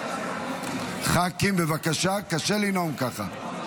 ח"כים, בבקשה, קשה לנאום ככה.